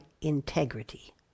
integrity